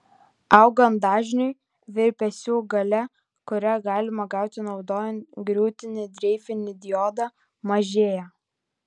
augant dažniui virpesių galia kurią galima gauti naudojant griūtinį dreifinį diodą mažėja